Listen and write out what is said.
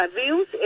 views